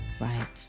Right